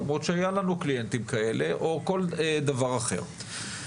או כל דבר אחר.